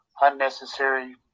unnecessary